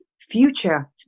future